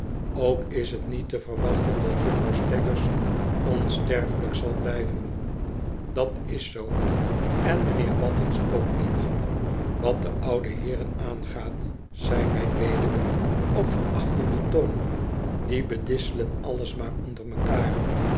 ook is t niet te verwachten dat juffrouw saggers onsterfelijk zal blijven dat is zoo en m'nheer battens ook niet wat de ouwe heeren aangaat zei mijn weduwe op verachtenden toon die bedisselen alles maar onder mekaar